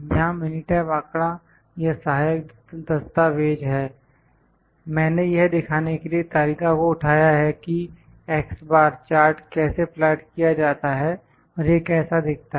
यहां मिनीटैब आंकड़ा या सहायक दस्तावेज़ हैं और मैंने यह दिखाने के लिए तालिका को उठाया है कि x बार चार्ट कैसे प्लाट किया जाता है और यह कैसा दिखता है